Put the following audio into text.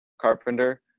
carpenter